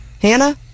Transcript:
hannah